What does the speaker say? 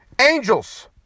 Angels